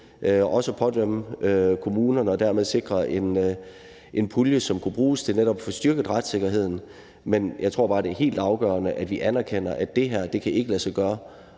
gå ind og dømme kommunerne, og dermed sikre en pulje, som kunne bruges til netop at få styrket retssikkerheden. Men jeg tror bare, det er helt afgørende, at vi anerkender, at det her ikke kan lade sig gøre,